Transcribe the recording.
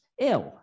ill